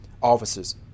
officers